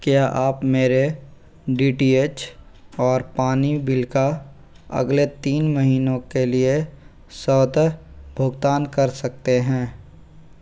क्या आप मेरे डी टी एच और पानी बिल का अगले तीन महीनों के लिए स्वतः भुगतान कर सकते हैं